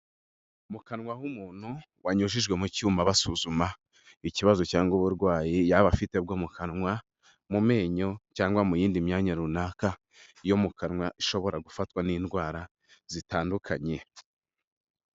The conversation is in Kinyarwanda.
Mu kanwa h'umuntu wanyujijwe mu cyuma basuzuma, ikibazo cyangwa uburwayi yaba afite bwo mu kanwa, mu menyo cyangwa mu y'indi myanya runaka yo mu kanwa ishobora gufatwa n'indwara zitandukanye.